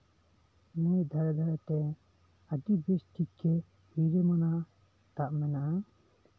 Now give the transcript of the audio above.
ᱱᱟᱹᱭ ᱫᱷᱟᱨᱮ ᱫᱷᱟᱨᱮᱛᱮ ᱟᱹᱰᱤ ᱵᱮᱥ ᱴᱷᱤᱠᱜᱮ ᱨᱤᱞᱟᱹᱢᱟᱞᱟ ᱫᱟᱜ ᱢᱮᱱᱟᱜᱼᱟ